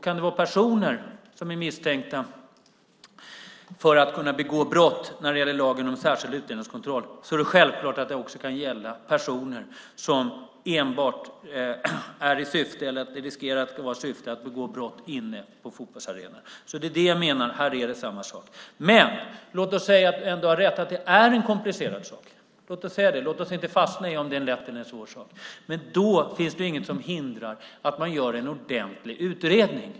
Kan det vara personer som misstänks kunna begå brott när det gäller lagen om särskild utlänningskontroll är det självklart att det också kan gälla personer som riskerar att ha som syfte att begå brott inne på fotbollsarenan. Det är det jag menar. Här är det samma sak. Men låt oss säga att du ändå har rätt, att det är en komplicerad sak! Låt oss säga det! Låt oss inte fastna i om det är en lätt eller en svår sak! Men då finns det inget som hindrar att man gör en ordentlig utredning.